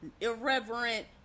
irreverent